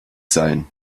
sein